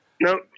No